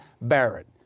Barrett